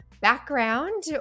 background